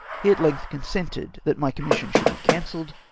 he at length consented that my commission should be cancelled,